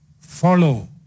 follow